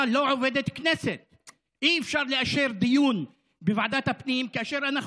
רשות מקרקעי ישראל דחתה את שיווק יחידות הדיור בכפר אכסאל.